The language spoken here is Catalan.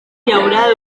llaurar